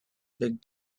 big